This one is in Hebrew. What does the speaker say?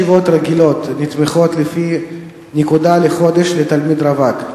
ישיבות "רגילות" נתמכות לפי נקודה לחודש לתלמיד רווק,